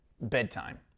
bedtime